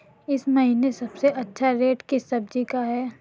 इस महीने सबसे अच्छा रेट किस सब्जी का है?